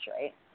right